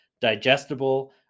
digestible